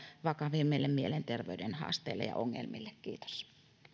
vakavimmille mielenterveyden haasteille ja ongelmille kiitos